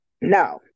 No